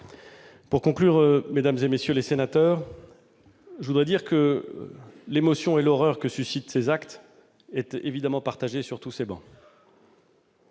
Pour conclure, mesdames, messieurs les sénateurs, je dirai que l'émotion et l'horreur que suscitent ces actes sont évidemment partagées sur toutes ces travées.